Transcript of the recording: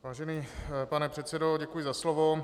Vážený pane předsedo, děkuji za slovo.